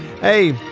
Hey